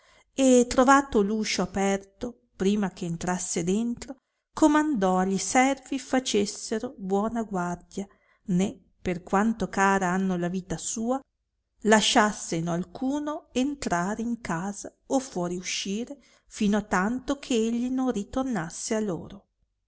e trovato l uscio aperto prima che entrasse dentro comandò a gli servi facessero buona guardia né per quanto cara hanno la vita sua lasciasseno alcuno entrare in casa o fuori uscire fino a tanto che egli non ritornasse a loro